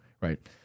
Right